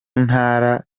ntara